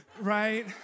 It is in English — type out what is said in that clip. right